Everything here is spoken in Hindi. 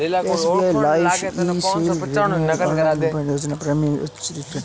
एस.बी.आई लाइफ ई.शील्ड एक गैरलिंक्ड ऑनलाइन बीमा योजना है जो प्रीमियम पर उच्च रिटर्न प्रदान करती है